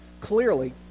Clearly